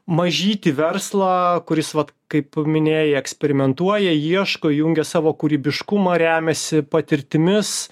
mažytį verslą kuris vat kaip minėjai eksperimentuoja ieško įjungia savo kūrybiškumą remiasi patirtimis